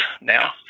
now